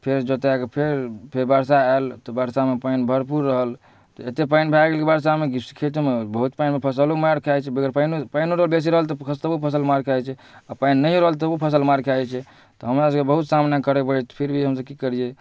फेर जोतैके फेर फेर बरसा आएल तऽ बरसामे पानि भरपूर रहल तऽ एतेक पानि भऽ गेल बरसामे कि खेतमे बहुत पानिमे फसिलो मारि खा जाइ छै बेगर पानि पानिओ आओर बेसी रहल तऽ तबो फसिल मारि खा जाइ छै आओर पानि नहि रहल तबो फसिल मारि खा जाइ छै तऽ हमरासभके बहुत सामना करऽ पड़ैए फिर भी हमसभ कि करिए